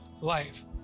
life